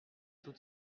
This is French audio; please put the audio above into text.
tout